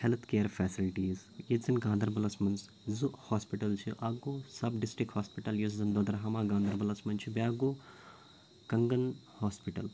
health care facilities ییٚتہِ زَن گانٛدَربَلَس منٛز زٕ ہوسپِٹَل چھِ اَکھ گوو سَب ڈِسٹِک ہوسپِٹَل یُس زَن بٕدرٕہامَہ گانٛدَربَلَس منٛز چھُ بِیاکھ گوٚو کَنٛگَن ہوفسپِٹَل